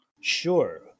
Sure